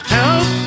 Help